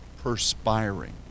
perspiring